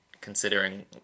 considering